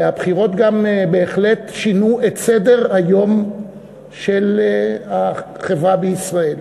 והבחירות גם בהחלט שינו את סדר-היום של החברה בישראל.